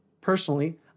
personally